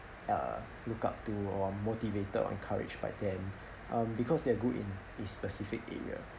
uh look up to or motivated or encouraged by them um because they're good in each specific area